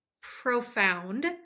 profound